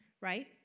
right